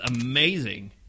amazing